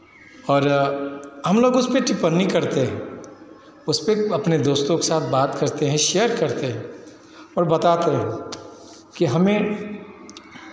और हमलोग उसपे टिप्पणी करते हैं उसपे अपने दोस्तों के साथ बात करते हैं शेयर करते हैं और बताते हैं कि हमें